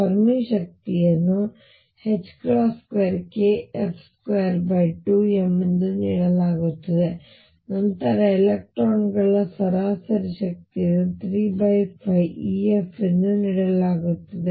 Fermi ಶಕ್ತಿಯನ್ನು 2kF22m ಎಂದು ನೀಡಲಾಗುತ್ತದೆ ನಂತರ ಎಲೆಕ್ಟ್ರಾನ್ ಗಳ ಸರಾಸರಿ ಶಕ್ತಿಯನ್ನು 35F ಎಂದು ನೀಡಲಾಗುತ್ತದೆ